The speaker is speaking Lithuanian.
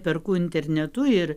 perku internetu ir